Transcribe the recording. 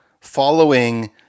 following